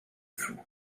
floue